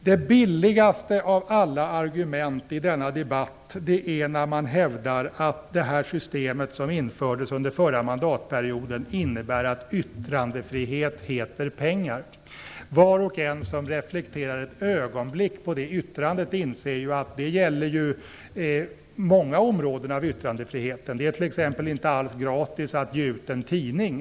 Det billigaste av alla argument i debatten möter vi när man hävdar att det system som infördes under förra mandatperioden innebär att yttrandefrihet heter pengar. Var och en som reflekterar ett ögonblick på det yttrandet inser att det gäller många områden av yttrandefriheten. Det är t.ex. inte alls gratis att ge ut en tidning.